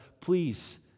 please